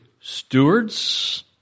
stewards